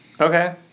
Okay